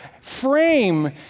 frame